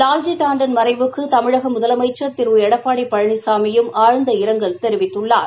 வால்ஜி டாண்டன் மறைவுக்குதமிழகமுதலமைச்ச் திருளடப்பாடிபழனிசாமியும் ஆழ்ந்த இரங்கல் தெரிவித்துள்ளார்